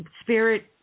spirit